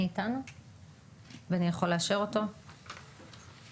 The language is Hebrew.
עברנו על זה פחות או יותר,